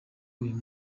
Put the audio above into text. uyu